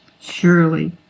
Surely